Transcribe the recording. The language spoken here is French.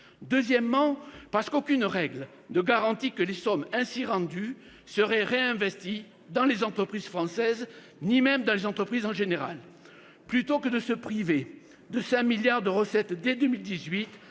Deuxièmement, parce qu'aucune règle ne garantit que les sommes ainsi rendues seraient réinvesties dans les entreprises françaises, ni même dans les entreprises en général. Plutôt que de se priver de 5 milliards d'euros de recettes dès 2018,